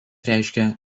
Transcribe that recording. reiškia